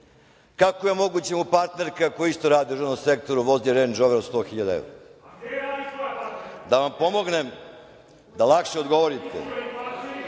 Kako je moguće da mu partnerka, koja isto radi u državnom sektoru, vozi Rendž Rover od 100.000 evra? Da vam pomognem da lakše odgovorite,